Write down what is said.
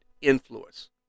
influence